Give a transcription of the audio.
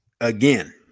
Again